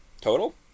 Total